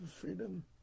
freedom